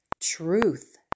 truth